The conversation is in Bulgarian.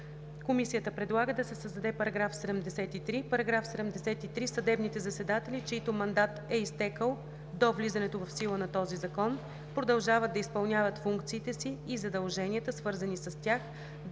Комисията предлага да се създаде § 73: „§ 73. Съдебните заседатели, чиито мандат е изтекъл до влизането в сила на този закон, продължават да изпълняват функциите си и задълженията, свързани с тях, до попълването